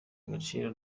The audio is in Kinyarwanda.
agaciro